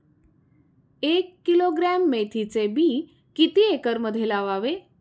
एक किलोग्रॅम मेथीचे बी किती एकरमध्ये लावावे?